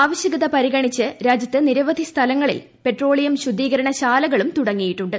ആവശ്യകത പരിഗണിച്ച് രാജ്യത്ത് നിരവധി സ്ഥലങ്ങളിൽ പെട്രോളിയം ശുദ്ധീകരണശാലകളും തുടങ്ങിയിട്ടുണ്ട്